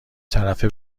طرفه